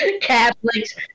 catholics